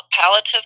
palliative